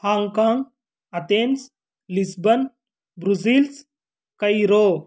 hong cong Athens Lisbon Brussels Cairo